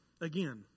Again